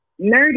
Nerdy